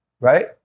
right